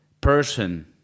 person